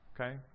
Okay